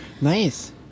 nice